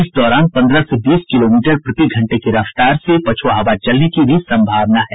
इस दौरान पन्द्रह से बीस किलोमीटर प्रति घंटे की रफ्तार से पछ्आ हवा चलने की भी संभावना है